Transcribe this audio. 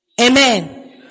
Amen